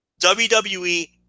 WWE